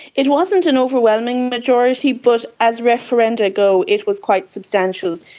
it wasn't an overwhelming majority, but as referenda go it was quite substantial.